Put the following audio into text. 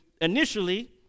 initially